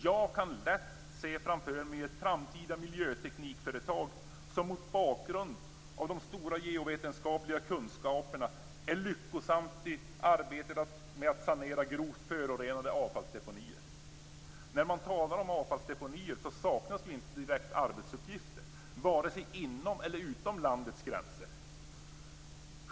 Jag kan lätt se framför mig ett framtida miljöteknikföretag som mot bakgrund av de stora geovetenskapliga kunskaperna är lyckosamt i arbetet med att sanera grovt förorenade avfallsdeponier. När man talar om avfallsdeponier saknas inte arbetsuppgifter, vare sig inom eller utom landets gränser.